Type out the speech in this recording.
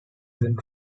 isn’t